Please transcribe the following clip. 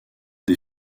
des